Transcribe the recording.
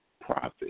profit